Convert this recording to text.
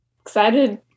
excited